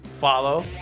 follow